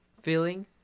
feeling